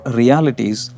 realities